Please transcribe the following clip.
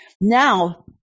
Now